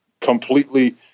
completely